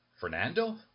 Fernando